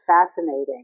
fascinating